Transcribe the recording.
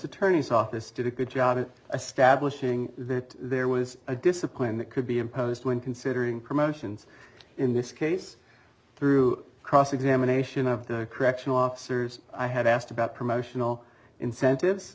attorney's office did a good job it establishes that there was a discipline that could be imposed when considering promotions in this case through cross examination of the correctional officers i have asked about promotional incentives